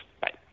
Bye